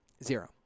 zero